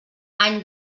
any